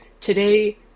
today